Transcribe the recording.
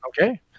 Okay